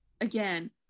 again